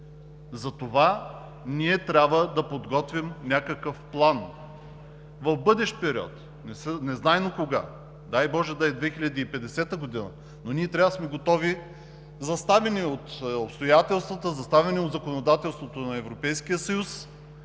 Затова ние трябва да подготвим някакъв план в бъдещ период, незнайно кога – дай боже, да е 2050 г., но ние трябва да сме готови, заставени от обстоятелствата, заставени от законодателството на Европейския съюз,